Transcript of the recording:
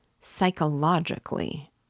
psychologically